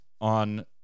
on